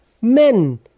men